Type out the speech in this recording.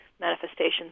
manifestations